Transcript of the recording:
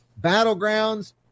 battlegrounds